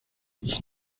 ich